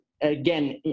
again